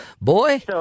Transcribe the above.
Boy